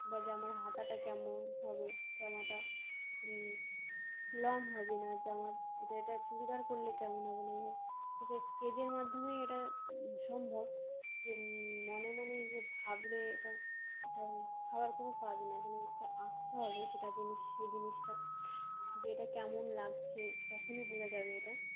বা জামার হাতাটা কেমন হবে জামাটা লং হবে না জামা এটা এটা চুড়িদার করলে কেমন হবে না এই হবে তো এটা স্কেচের মাধ্যমেই এটা সম্ভব যে মনে মনে যে ভাবলে এটা এটা ভাবার কোনো কাজ নাই এখানেটা আঁকতে হবে সেটা জিনিস সেই জিনিসটা যে এটা কেমন লাগছে তখনই বোঝা যাবে এটা